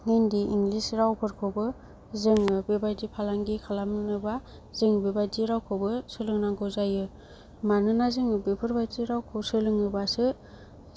Hindi English राव फोरखौबो जोङो बेबादि फालांगि खालामनोबा जों बेबादि रावखौबो सोलोंनांगौ जायो मानोना जोङो बेफोरबादि रावखौ सोलोङोबासो